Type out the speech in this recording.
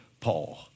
Paul